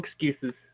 excuses